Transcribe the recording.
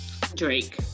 Drake